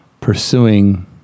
pursuing